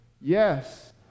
Yes